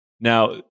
Now